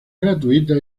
gratuita